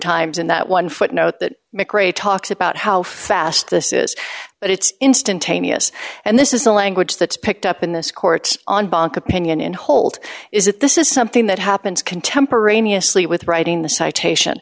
times in that one footnote that mcrae talks about how fast this is but it's instantaneous and this is a language that's picked up in this court on bank opinion in holt is that this is something that happens contemporaneously with writing the citation